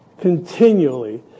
continually